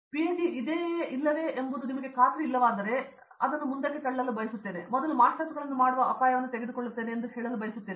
ಹಾಗಾಗಿ ನನಗೆ PhD ಇದೆ ಅಥವಾ ಇಲ್ಲವೋ ಎಂಬ ಬಗ್ಗೆ ನಿಮಗೆ ಖಾತ್ರಿಯಿಲ್ಲವಾದರೆ ನಾನು ಮುಂದಕ್ಕೆ ತಳ್ಳಲು ಬಯಸುತ್ತೇನೆ ಮತ್ತು ಮೊದಲು ಮಾಸ್ಟರ್ಗಳನ್ನು ಮಾಡುವ ಅಪಾಯವನ್ನು ತೆಗೆದುಕೊಳ್ಳುತ್ತೇನೆ ಎಂದು ಹೇಳಲು ನಾನು ಬಯಸುತ್ತೇನೆ